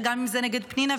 וגם אם זה נגד פנינה,